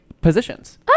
positions